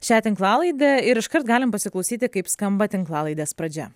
šią tinklalaidę ir iškart galim pasiklausyti kaip skamba tinklalaidės pradžia